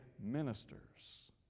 ministers